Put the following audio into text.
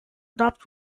adopt